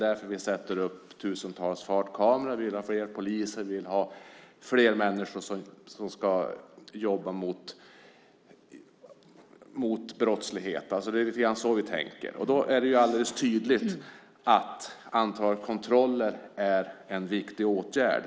Därför sätts tusentals fartkameror upp. Dessutom vill vi ha fler poliser, och vi vill ha fler människor som jobbar mot brottsligheten. Det är lite grann så vi tänker. Då är det alldeles tydligt att antalet kontroller är en viktig åtgärd.